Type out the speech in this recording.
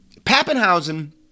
Pappenhausen